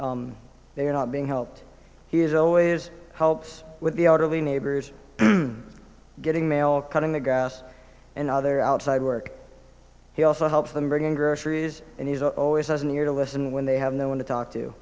when they are not being helped he is always helps with the orderly neighbors getting mail cutting the grass and other outside work he also helps them bring in groceries and he's always has an ear to listen when they have no one to talk to